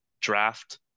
draft